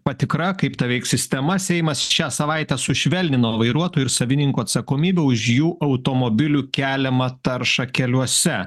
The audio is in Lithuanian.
patikra kaip ta veiks sistema seimas šią savaitę sušvelnino vairuotojų ir savininkų atsakomybę už jų automobilių keliamą taršą keliuose